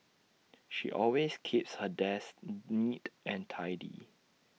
she always keeps her desk neat and tidy